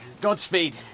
Godspeed